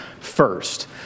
first